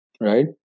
right